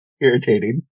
irritating